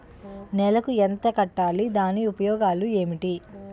నెలకు ఎంత కట్టాలి? దాని ఉపయోగాలు ఏమిటి?